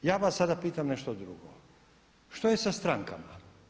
Ja vas sada pitam nešto drugo, što je sa strankama?